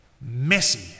messy